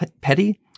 petty